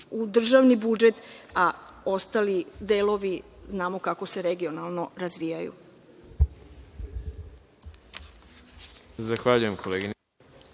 u državni budžet, a ostali delovi znamo kako se regionalno razvijaju.